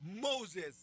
Moses